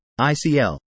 ICL